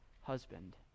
husband